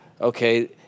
okay